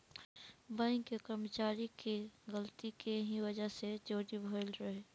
bank के कर्मचारी के गलती के ही वजह से चोरी भईल रहे